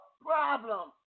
problem